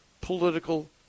political